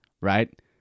right